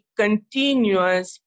continuous